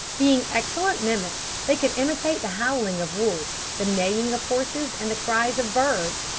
being excellent mimics, they could imitate the howling of wolves, the neighing of horses, and the cries of birds,